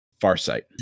Farsight